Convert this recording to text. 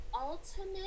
ultimate